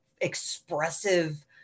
expressive